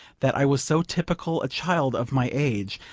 that i was so typical a child of my age,